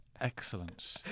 excellent